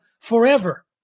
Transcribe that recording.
forever